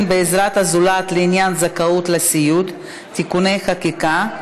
בעזרת הזולת לעניין זכאות לסיעוד (תיקוני חקיקה),